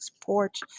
porch